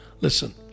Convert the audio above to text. Listen